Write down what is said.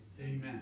Amen